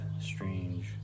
strange